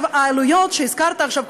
העלויות שהזכרת עכשיו,